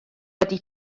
wedi